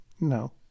no